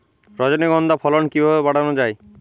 রজনীগন্ধা ফলন কিভাবে বাড়ানো যায়?